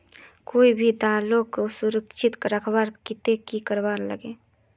कोई भी दालोक सुरक्षित रखवार केते की करवार लगे?